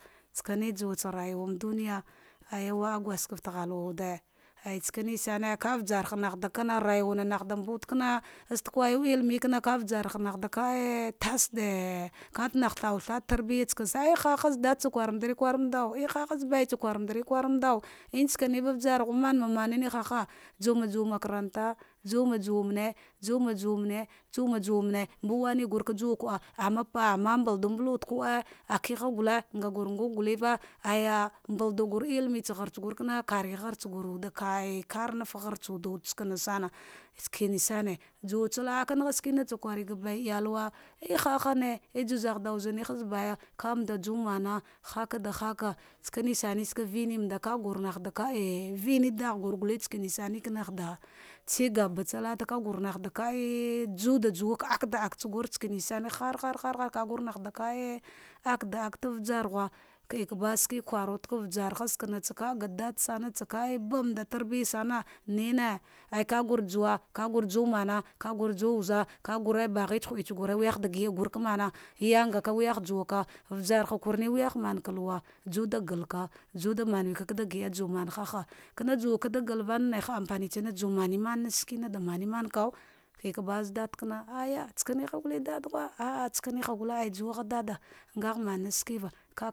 Tsane juwa tsa rayuwa madunja aja wada gaske fte wude aja tsanisane ka vjarha kana rayuwa hah da mbaud kana aste kayu elmikana nadaah tasdle kata tarbiya eh ahaha baitsa kumdu kura mtsaneva warghu mamamane na haha juma baitsa kumudu juma jawana makarata juma jumene juma jumane mba waine gar kasuwa na'ab ama mbadum balwude lade aki ha gute kiha gule nguragu guleva aya mbaadu gur thine isagur kana, kain ghudsagurwade skanas sana sakene sane juwatsa la'ab dagina tsa kwar ga baya iyalwa ehahane zaghadalwud zare hahz haz baya kambuwmana haka da haka nesamu ske vinemanda, kagur hatsa ka eh vineda gurshne kanagh da tsigaba tsa laata gurnah da kaeh ju da juwa ka ɗaɗatsa gumsala hanarhar ka han da ka'eh dada daka da ujarghu va eh bashik kwai wuteka ujarhaa ga dadasan tsa mbada ba tabiya sane nene kagur jumana vagur baghe tsa ju wuza ka gur bagh tsaghu tsagure wayah da yiah gur kamana yandka walyah juwa ka usarha kame wayamaka luwa, juuda galka ju ma gida juwa da manena kikaba az dada ka aya tsane yule har dadaghi tsakanigule hadadagu eh juwda ngla mana skella